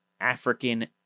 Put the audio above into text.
African